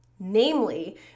Namely